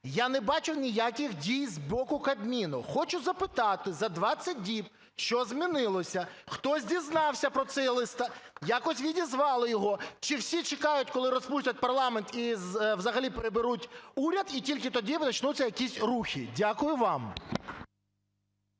Я не бачу ніяких дій з боку Кабінету. Хочу запитати: за 20 діб що змінилося? Хтось дізнався про цей лист? Якось відізвали його? Чи всі чекають, коли розпустять парламент і взагалі переберуть уряд - і тільки тоді начнутся якісь рухи? Дякую вам.